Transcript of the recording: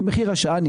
מחיר השעה,